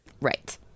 Right